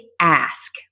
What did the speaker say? ask